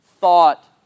thought